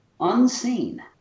Unseen